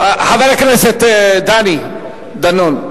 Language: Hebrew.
חבר הכנסת דני דנון,